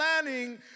planning